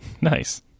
nice